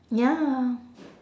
ya